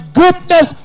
goodness